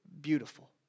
beautiful